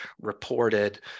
reported